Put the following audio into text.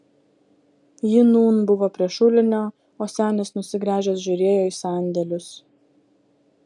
ji nūn buvo prie šulinio o senis nusigręžęs žiūrėjo į sandėlius